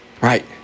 Right